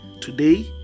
Today